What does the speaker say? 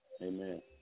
Amen